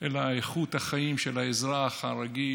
אלא איכות החיים של האזרח הרגיל,